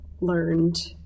learned